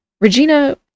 Regina